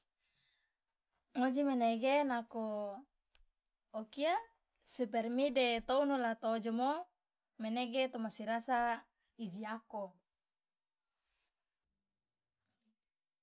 ngoji manege nako okia supermi de tounu la to ojomo menege tomasi rasa iji ako.